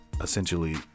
essentially